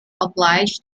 obliged